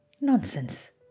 Nonsense